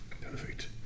Perfect